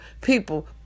People